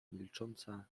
milcząca